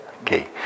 Okay